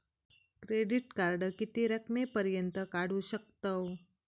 Credit card किती रकमेपर्यंत काढू शकतव?